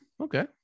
okay